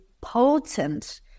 potent